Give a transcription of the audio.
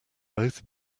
both